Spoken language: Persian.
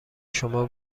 شما